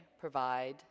provide